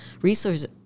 resources